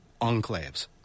enclaves